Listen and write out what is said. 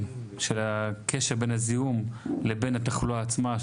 של הקשר בין הזיהום לבין התחלואה עצמה.